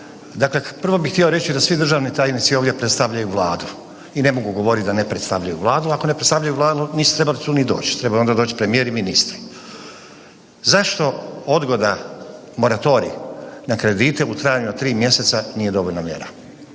Dakle, prvo bih htio reći da svi državni tajnici ovdje predstavljaju Vladu i ne mogu govoriti da ne predstavljaju Vladu, ako ne predstavljaju Vladu nisu trebali tu ni doći, trebao je ona doći premijer i ministar. Zašto odgoda moratorij na kredite u trajanju od 3 mjeseca nije dovoljna mjera?